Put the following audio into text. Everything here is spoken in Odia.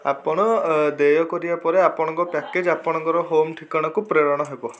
ଆପଣ ଦେୟ କରିବା ପରେ ଆପଣଙ୍କ ପ୍ୟାକେଜ୍ ଆପଣଙ୍କ ହୋମ୍ ଠିକଣାକୁ ପ୍ରେରଣ ହେବ